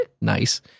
nice